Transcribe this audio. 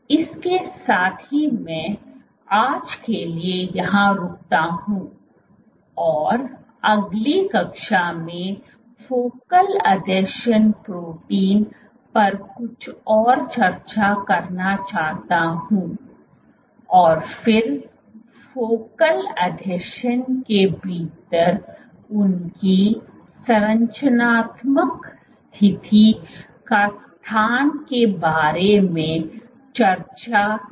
इसके साथ ही मैं आज के लिए यहां रुकता हूं और अगली कक्षा में फोकल आसंजन प्रोटीन पर कुछ और चर्चा करना चाहता हूं और फिर फोकल आसंजन के भीतर उनकी संरचनात्मक स्थिति या स्थान के बारे में चर्चा करना जारी रखूंगा